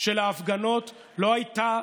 של ההפגנות לא הייתה,